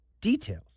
details